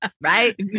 right